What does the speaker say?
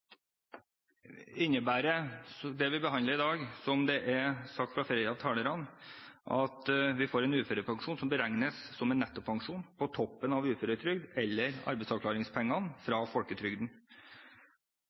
innebærer forslaget som vi behandler i dag, at vi får en uførepensjon som beregnes som en nettopensjon – på toppen av uføretrygd eller